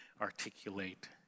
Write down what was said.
articulate